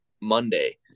monday